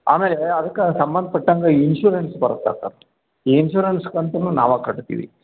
ಆಮೇಲೆ ಅದ್ಕ ಸಂಬಂಧ ಪಟ್ಟಂಗ ಇನ್ಶೂರೆನ್ಸ್ ಬರತ್ತೆ ಸರ್ ಈ ಇನ್ಸೂರೆನ್ಸ್ ಕಂತನ್ನು ನಾವು ಕಟ್ತೀವಿ